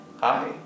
hi